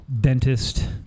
dentist